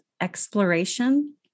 exploration